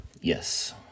Yes